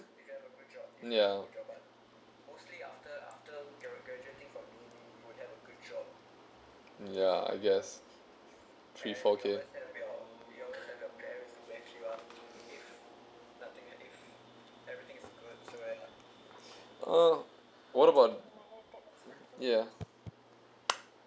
yeah yeah I guess three four K uh what about yeah